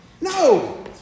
No